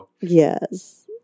Yes